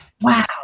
wow